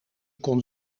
kon